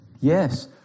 Yes